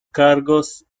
cargos